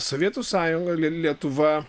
sovietų sąjunga lie lietuva